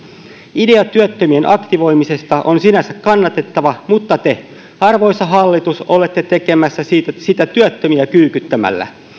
idea työttömien aktivoimisesta on sinänsä kannatettava mutta te arvoisa hallitus olette tekemässä sitä työttömiä kyykyttämällä